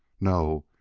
no,